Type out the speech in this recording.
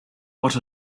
what